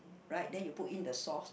right then you put in the sauce